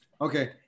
Okay